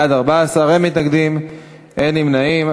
בעד, 15, אין מתנגדים ואין נמנעים.